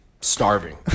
Starving